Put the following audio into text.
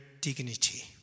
dignity